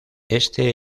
este